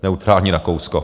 Neutrální Rakousko.